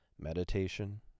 meditation